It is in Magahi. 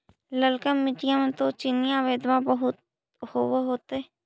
ललका मिट्टी मे तो चिनिआबेदमां बहुते होब होतय?